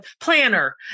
planner